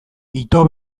ito